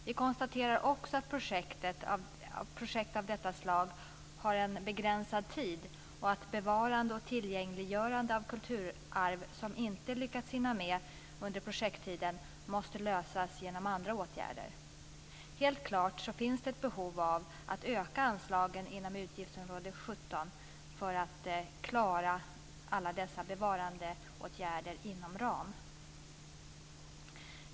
Vi konstaterar också att projekt av detta slag löper under en begränsad tid och att bevarande och tillgängliggörande av kulturarv som man inte lyckats hinna med under projekttiden måste lösas genom andra åtgärder. Helt klart finns det ett behov av att öka anslagen inom utgiftsområde 17 för att klara alla dessa bevarandeåtgärder inom ram.